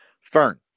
Fern